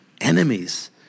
enemies